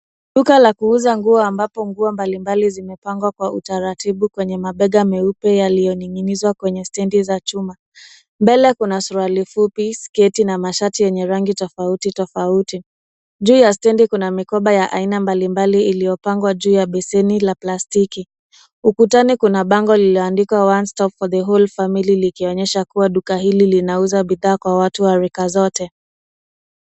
Duka la kuuza nguo ambapo nguo mbalimbali zimepangwa kwa utaratibu kwenye mabega meupe yalioning'inizwa kwenye standi za chuma. Mbele kuna suruali fupi, sketi na mashati yenye rangi tofauti tofauti. Juu ya standi kuna mikoba ya aina mbalimbali iliyopangwa juu ya beseni la plastiki. Ukutani kuna bango liliandikwa One stop for the whole family likionyesha kuwa duka hili linauza bidhaa kwa watu wa rika zote.